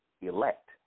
elect